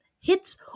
hits